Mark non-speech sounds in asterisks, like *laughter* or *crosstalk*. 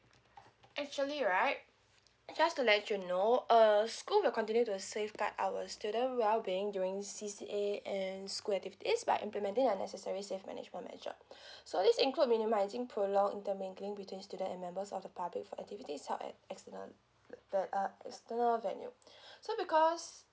actually right just to let you know uh school will continue to safeguard our student well being during C_C_A and school activities by implementing a necessary safe management measure *breath* so this include minimising prolonged intermingling between student and members of the public for activities out at external v~ uh uh external venue *breath* so because